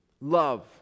love